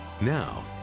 Now